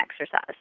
exercise